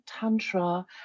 Tantra